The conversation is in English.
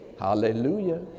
Hallelujah